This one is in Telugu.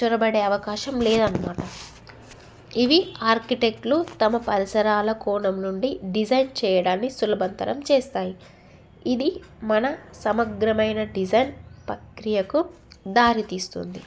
చొరబడే అవకాశం లేదు అన్నమాట ఇవి ఆర్కిటెక్ట్లు తమ పరిసరాల కోణం నుండి డిజైన్ చేయడాన్ని సులభంతరం చేస్తాయి ఇది మన సమగ్రమైన డిజైన్ పక్రియకు దారితీస్తుంది